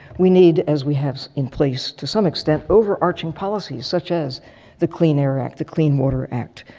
we need, as we have in place to some extent, overarching policies such as the clean air act, the clean water act,